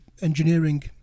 engineering